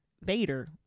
Vader